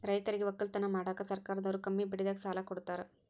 ರೈತರಿಗ್ ವಕ್ಕಲತನ್ ಮಾಡಕ್ಕ್ ಸರ್ಕಾರದವ್ರು ಕಮ್ಮಿ ಬಡ್ಡಿದಾಗ ಸಾಲಾ ಕೊಡ್ತಾರ್